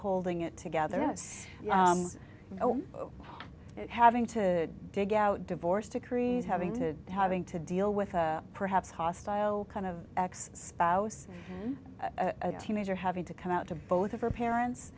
holding it together notice it having to dig out divorce decree having to having to deal with perhaps hostile kind of ex spouse at a teenager having to come out to both of her parents